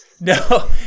No